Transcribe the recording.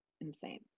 insane